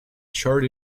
chart